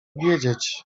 wiedzieć